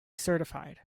certified